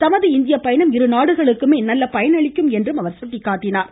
தமது இந்திய பயணம் இருநாடுகளுக்குமே நல்ல பயன் அளிக்கும் என்றார்